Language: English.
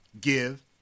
Give